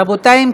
רבותי,